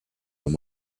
and